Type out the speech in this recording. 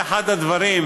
זה אחד הדברים,